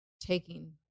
taking